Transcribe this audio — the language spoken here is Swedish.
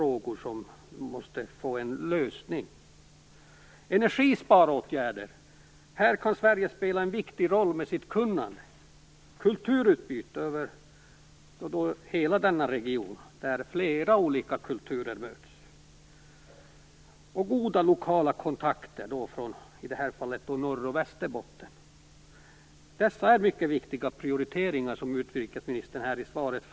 De måste få en lösning. I fråga om energisparåtgärder kan Sverige spela en viktig roll med sitt kunnande. Ett kulturutbyte är angeläget i hela denna region där flera kulturer möts. Dessutom är det viktigt med goda kontakter på lokal nivå, i det här fallet när det gäller Norrbotten och Dessa prioriteringar är mycket viktiga, vilket också utrikesministern för fram i svaret.